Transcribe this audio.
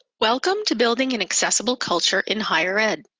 welcome to building an accessible culture in higher ed.